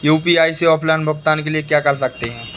UPI से offline भुगतान के लिए क्या कर सकते हैं?